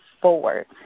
forward